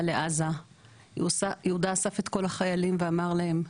לעזה יהודה אסף את כל החיילים ואמר להם: